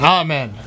amen